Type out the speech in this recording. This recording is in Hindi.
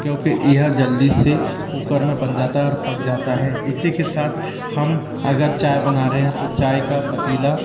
क्योंकि यह जल्दी से कुकर में बन जाता है और पक जाता है इसी के साथ हम अगर चाय बना रहे हैं तो चाय का पातीला